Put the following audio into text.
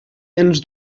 ens